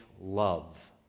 love